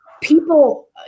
people